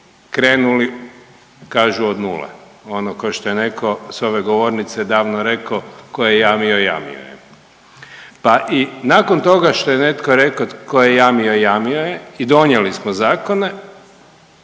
krenuli kažu od nule. Ono tko što je netko s ove govornice davno rekao tko je jamio jamio je. Pa i nakon toga što je netko rekao tko je jamio jamio je i donijeli smo zakone,